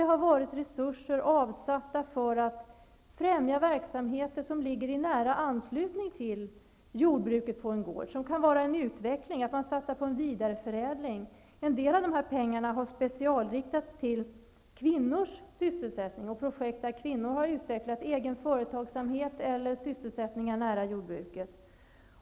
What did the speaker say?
Här har resurser avsatts för att främja en utvecklingsverksamhet som ligger i nära anslutning till jordbruket på en gård, t.ex att man satsar på en vidareförädling. En del av dessa pengar har specialinriktats på kvinnors sysselsättning och projekt där kvinnor utvecklat egen företagsamhet eller sysselsättningar nära jordbruket.